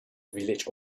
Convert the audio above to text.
village